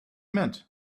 meant